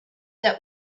that